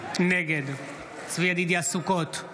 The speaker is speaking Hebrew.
נגד צבי ידידיה סוכות,